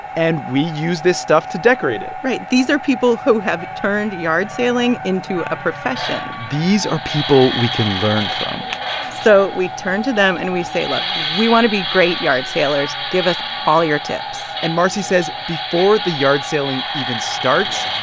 and we use this stuff to decorate it right. these are people who have turned yard saling into a profession these are people we can learn from yeah so we turn to them, and we say, look we want to be great yard salers. give us all your tips and marcie says before the yard saling even starts,